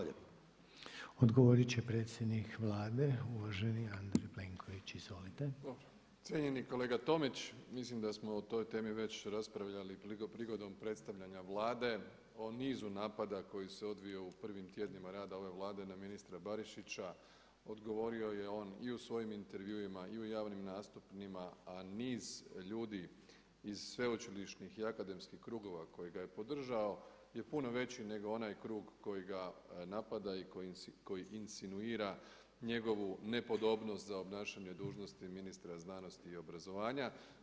Cijenjeni kolega Tomić, mislim da smo o toj temi već raspravljali prigodom predstavljanje Vlade o nizu napada koji se odvijao u prvim tjednima rada ove Vlade na ministra Barišića, odgovorio je on i u svojim intervjuima i u javnim nastupima, a niz ljudi iz sveučilišnih i akademskih krugova koji ga je podržao je puno veći nego onaj krug koji ga napada i koji insinuira njegovu nepodobnost za obnašanje dužnosti ministra znanosti i obrazovanja.